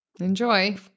enjoy